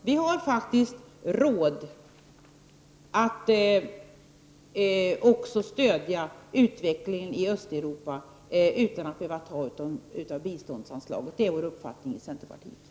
Vi har faktiskt råd att också stödja utvecklingen i Östeuropa utan att behöva ta av biståndsanslaget — det är vår uppfattning i centerpartiet.